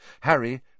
Harry